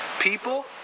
People